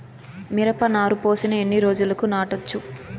మిరప నారు పోసిన ఎన్ని రోజులకు నాటచ్చు?